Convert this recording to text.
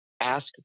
Ask